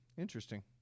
Interesting